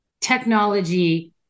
technology